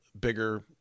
bigger